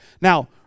Now